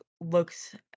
looks